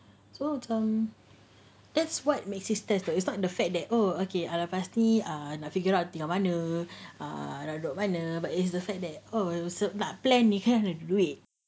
so macam that's what makes it stagnant it's not the fact that oh okay ah lepas ni uh nak fikirkan tinggal mana uh nak duduk mana but it's the fact that oh it'll also that plan you can do it